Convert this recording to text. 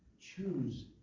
choose